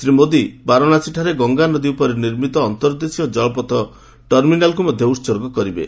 ଶ୍ରୀ ମୋଦି ବାରାଣସୀଠାରେ ଗଙ୍ଗାନଦୀ ଉପରେ ନିର୍ମିତ ଅନ୍ତର୍ଦେଶୀୟ ଜଳପଥ ଟର୍ମିନାଲ୍କୁ ମଧ୍ୟ ଉତ୍ସର୍ଗ କରିବେ